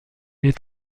est